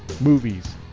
movies